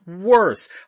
worse